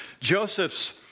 Joseph's